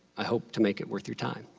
i hope to make it worth your time,